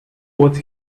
what